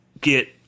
get